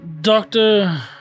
Doctor